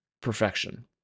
perfection